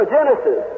Genesis